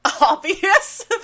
obvious